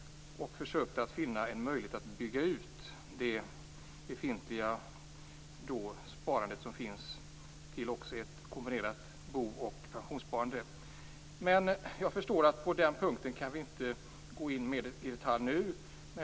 Jag har försökt att finna en möjlighet att bygga ut det befintliga sparandet också till ett kombinerat bo och pensionssparande. Men jag förstår att vi nu inte kan gå in mer på den punkten.